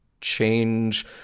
change